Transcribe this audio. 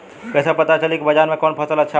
कैसे पता चली की बाजार में कवन फसल अच्छा बा?